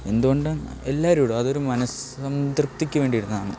എന്തുകൊണ്ടാണ് എല്ലാവരുമിടും അതൊരു മനസ്സംതൃപ്തിക്ക് വേണ്ടിയിടുന്നതാണ്